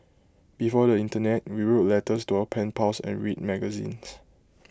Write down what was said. before the Internet we wrote letters to our pen pals and read magazines